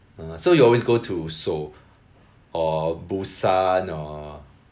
ah so you also go to seoul or busan or